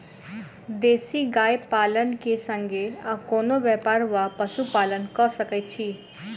देसी गाय पालन केँ संगे आ कोनों व्यापार वा पशुपालन कऽ सकैत छी?